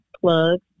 plug